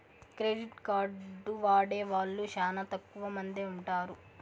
credit card వాడే వాళ్ళు శ్యానా తక్కువ మందే ఉంటారు